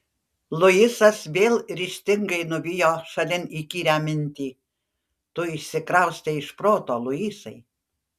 luisas vėl ryžtingai nuvijo šalin įkyrią mintį tu išsikraustei iš proto luisai